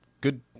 Good